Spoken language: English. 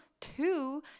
two